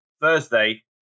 Thursday